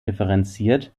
differenziert